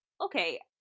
okay